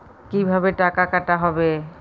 কিভাবে টাকা কাটা হবে?